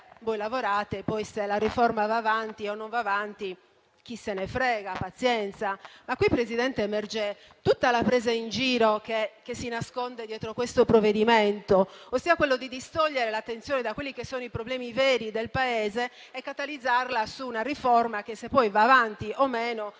voi lavorate e poi, se la riforma va o meno avanti, chi se ne importa, pazienza. Qui, signor Presidente, emerge tutta la presa in giro che si nasconde dietro questo provvedimento, ossia distogliere l'attenzione dai problemi veri del Paese e catalizzarla su una riforma che, se poi va avanti o meno,